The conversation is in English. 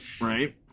Right